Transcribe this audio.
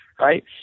right